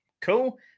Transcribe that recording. Cool